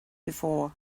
before